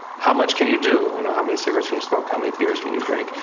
how much can you do, you know, how many cigarettes can you smoke, how many beers can you drink?